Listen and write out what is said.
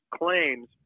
claims